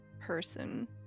person